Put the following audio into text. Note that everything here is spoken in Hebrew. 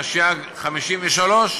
התשי"ג 1953,